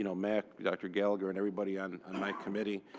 you know matt, dr. gallagher, and everybody on and my committee.